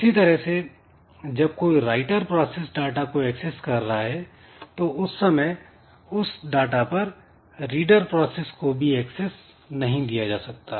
इसी तरह से जब कोई राइटर प्रोसेस डाटा को एक्सेस कर रहा है तो उस समय उस डाटा पर रीडर प्रोसेस को भी एक्सेस नहीं दिया जा सकता